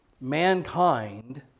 mankind